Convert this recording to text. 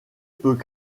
peut